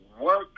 work